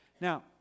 Now